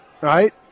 right